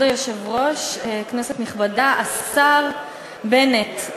כבוד היושב-ראש, כנסת נכבדה, השר בנט,